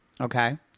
Okay